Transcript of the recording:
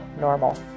normal